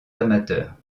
amateurs